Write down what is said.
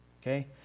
Okay